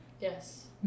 Yes